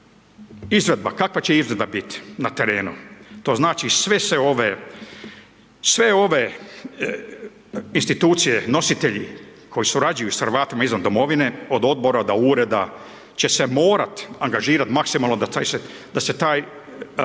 izvedba, kakva će izvedba biti na terenu? To znači sve se ove, sve ove institucije, nositelji koji surađuju s Hrvatima izvan domovine, od Odbora do Ureda, će se morat angažirat maksimalno da se taj